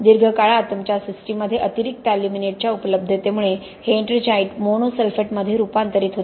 दीर्घकाळात तुमच्या सिस्टीममध्ये अतिरिक्त अल्युमिनेटच्या उपलब्धतेमुळे हे एट्रिंजाइट मोनोसल्फेटमध्ये रूपांतरित होते